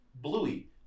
Bluey